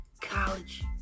college